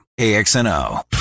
AXNO